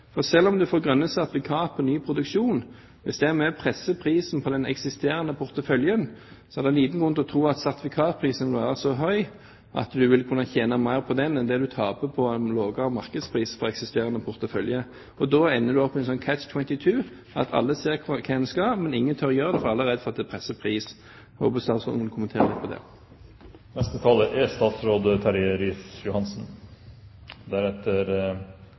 Selv om en får grønne sertifikater på ny produksjon, og det er med på å presse prisen på den eksisterende porteføljen, er det liten grunn til å tro at sertifikatprisen vil være så høy at en vil kunne tjene mer på den enn det en taper på en lavere markedspris på eksisterende portefølje. Da ender man opp med en sånn Catch 22-situasjon, hvor alle ser hvor en skal, men ingen tør gjøre noe, for det har allerede ført til presset pris. Jeg håper statsråden kommenterer det. Aller først: Når det gjelder prosessen, er